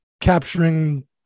capturing